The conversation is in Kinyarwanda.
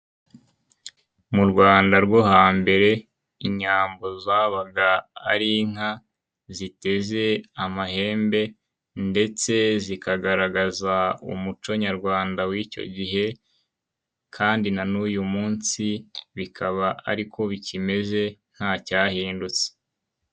Mu Rwanda rwo hambere inyambo zabaga ari inka ziteze amahembe ndetse zikagaragaza umuco nyarwanda w'icyo gihe, kandi na n'uyu munsi bikaba ari ko bikimeze ntacyahindutse.